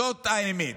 זאת האמת.